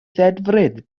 ddedfryd